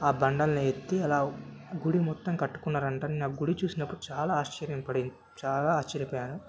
ఆ బండల్ని ఎత్తి అలా గుడి మొత్తం కట్టుకున్నారంట నేనా గుడి చూసినప్పుడు చాలా ఆశ్చర్యం పడింది చాలా ఆశ్చర్యపోయాను